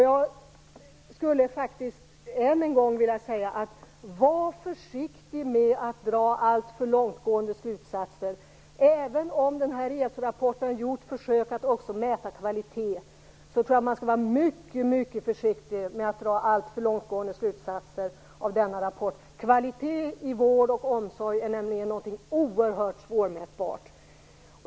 Jag skulle än en gång vilja säga: Var försiktig med att dra alltför långtgående slutsatser av ESO rapporten, även om man där har gjort försök att också mäta kvalitet. Kvalitet i vård och omsorg är nämligen någonting oerhört svårmätbart.